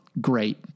great